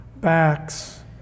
backs